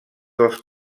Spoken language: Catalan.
dels